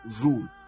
rule